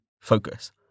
Focus